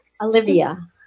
Olivia